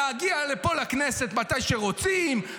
להגיע לפה לכנסת מתי שרוצים.